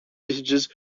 messages